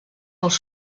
els